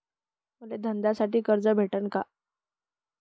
मले धंद्यासाठी कर्ज भेटन का?